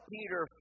Peter